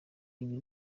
ibi